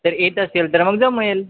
तर येत असेल तर मग जमेल